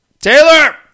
Taylor